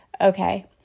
okay